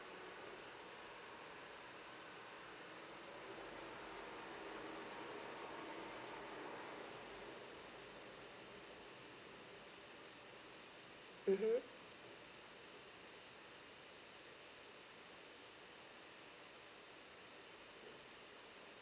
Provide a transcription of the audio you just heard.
mmhmm